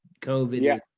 COVID